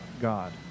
God